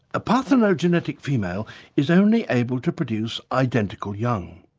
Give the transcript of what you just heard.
a parthenogenetic female is only able to produce identical young.